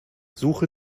suche